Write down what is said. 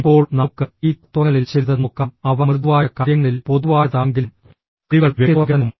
ഇപ്പോൾ നമുക്ക് ഈ തത്വങ്ങളിൽ ചിലത് നോക്കാം അവ മൃദുവായ കാര്യങ്ങളിൽ പൊതുവായതാണെങ്കിലും കഴിവുകളും വ്യക്തിത്വ വികസനവും